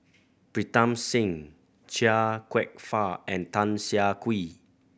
Pritam Singh Chia Kwek Fah and Tan Siah Kwee